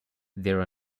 there